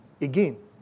again